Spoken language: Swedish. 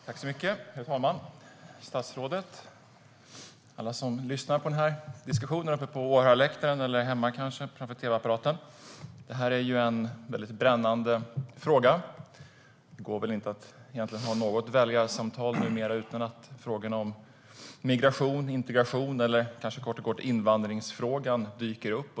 Herr talman, statsrådet och alla som lyssnar på den här diskussionen på åhörarläktaren eller kanske hemma framför tv-apparaten! Det här är en brännande fråga. Det går inte att ha ett väljarsamtal numera utan att frågorna om migration och integration, eller kanske kort och gott invandringsfrågan, dyker upp.